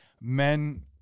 men